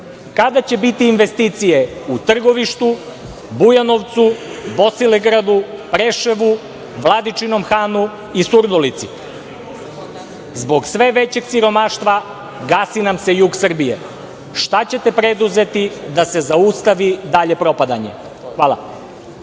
Kada će biti invsticije u Trgovištu, Bujanovcu, Bosilegradu, Preševu, Vladičinom Hanu i Sudulici? Zbog sve većeg siromaštva gasi nam se jug Srbije. Šta ćete preduzeti da se zaustavi dalje propadanje? Hvala